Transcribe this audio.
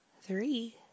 Three